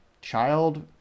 child